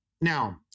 Now